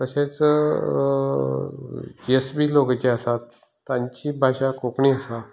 तशेंच जीएसबी लोक जे आसात तांची भाशा कोंकणी आसा